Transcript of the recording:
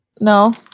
No